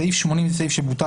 סעיף 80 הוא סעיף שבוטל,